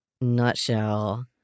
nutshell